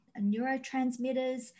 neurotransmitters